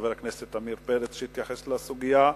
חבר הכנסת עמיר פרץ שהתייחס לסוגיה.